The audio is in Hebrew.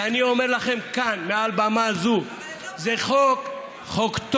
ואני אומר לכם כאן, מעל במה זו: זה חוק טוב,